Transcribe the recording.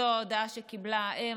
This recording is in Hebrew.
זו ההודעה שקיבלה האם.